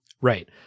Right